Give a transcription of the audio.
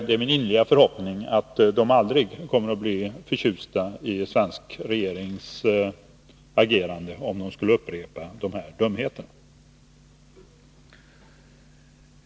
Det är min innerliga förhoppning att Sovjet aldrig skall bli förtjust över en svensk regerings agerande, om ryssarna skulle upprepa dessa dumheter.